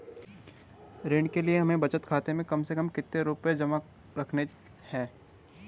ऋण के लिए हमें बचत खाते में कम से कम कितना रुपये जमा रखने हैं?